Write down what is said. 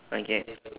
okay